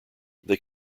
they